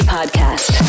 Podcast